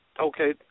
Okay